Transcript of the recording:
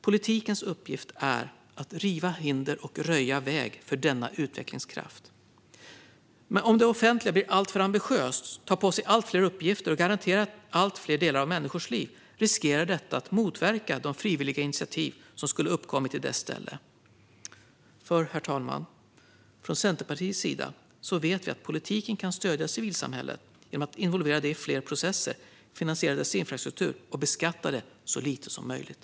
Politikens uppgift är att riva hinder och röja väg för denna utvecklingskraft. Om det offentliga blir allt för ambitiöst, tar på sig allt fler uppgifter och garanterar allt fler delar av människors liv, riskerar detta motverka de frivilliga initiativ som skulle uppkommit i dess ställe." Herr talman! Från Centerpartiets sida vet vi att politiken kan stödja civilsamhället genom att involvera det i fler processer, finansiera dess infrastruktur och beskatta det så lite som möjligt.